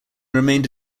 remained